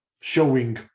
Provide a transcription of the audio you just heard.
showing